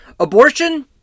Abortion